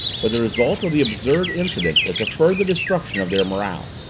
but the result of the absurd incident was a further destruction of their morale.